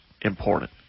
important